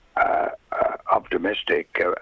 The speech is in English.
optimistic